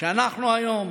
כשאנחנו היום